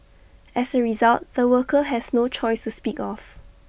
as A result the worker has no choice to speak of